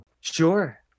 Sure